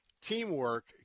teamwork